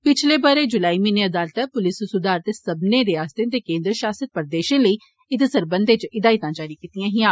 पिच्छले बरे जुलाई म्हीने अदालतै पुलस सुधार ते सब्बनें रियासतें ते केन्द्र षासित प्रदेषें लेई इत्त सरबंधै च हिदायतां जारी कीतियां हियां